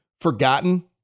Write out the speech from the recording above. forgotten